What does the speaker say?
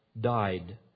died